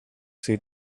she